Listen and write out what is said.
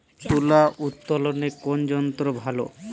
তুলা উত্তোলনে কোন যন্ত্র ভালো?